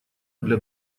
для